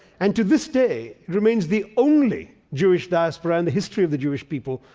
and to this day remains the only jewish diaspora in the history of the jewish people,